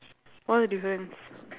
what's the difference